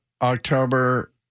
October